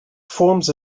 forms